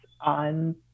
on